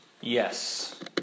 Yes